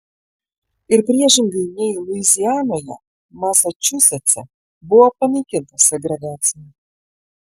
ir priešingai nei luizianoje masačusetse buvo panaikinta segregacija